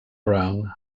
brown